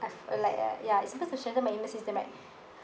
I've a like uh ya it's supposed to strengthen my immune system right